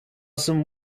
some